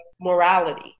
morality